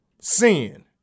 sin